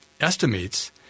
estimates